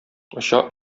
оча